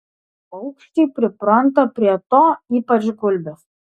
paukščiai pripranta prie to ypač gulbės